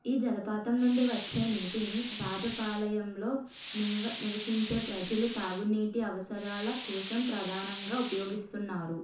ఈ జలపాతం నుండి వచ్చే నీటిని రాజపలాయంలో నీవ నివసించే ప్రజలు త్రాగునీటి అవసరాల కోసం ప్రధానంగా ఉపయోగిస్తున్నారు